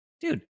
dude